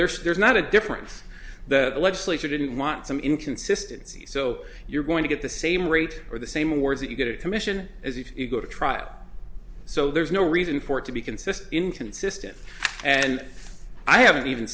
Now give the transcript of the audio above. there's there's not a difference the legislature didn't want some inconsistency so you're going to get the same rate for the same awards that you get a commission as you go to trial so there's no reason for it to be consist in consistent and i haven't even